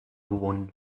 one